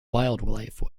wildlife